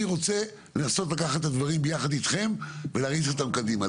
אני רוצה לנסות לקחת את הדברים יחד אתכם ולהריץ אותם קדימה,